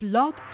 Blog